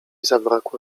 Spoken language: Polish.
zabrakło